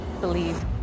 believe